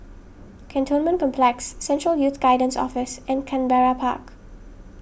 Cantonment Complex Central Youth Guidance Office and Canberra Park